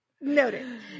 Noted